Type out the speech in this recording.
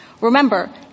Remember